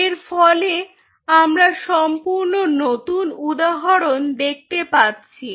এর ফলে আমরা সম্পূর্ণ নতুন উদাহরণ দেখতে পাচ্ছি